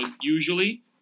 usually